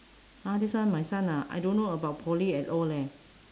!huh! this one my son ah I don't know about poly at all leh